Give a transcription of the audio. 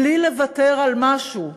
בלי לוותר על משהו מהביטחון,